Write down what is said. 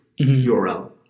URL